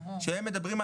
שהם מדברים,